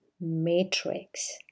matrix